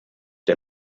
der